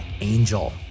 Angel